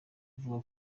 avuga